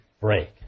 break